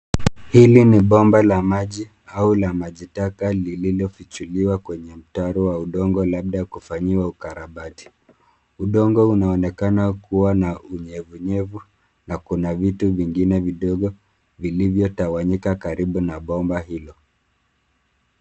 Hili ni bomba la maji au la maji taka lililofichuliwa kwenye mtaro wa udongo, labda kwa kufanyiwa ukarabati. Udongo unaonekana kuwa na unyevunyevu, na kuna vitu vingine vidogo vilivyotawanyika karibu na bomba hilo.